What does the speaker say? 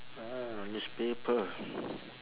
ah newspaper